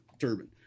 turbine